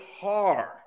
hard